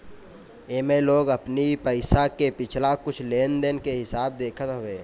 एमे लोग अपनी पईसा के पिछला कुछ लेनदेन के हिसाब देखत हवे